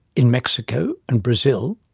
in mexico and brazil,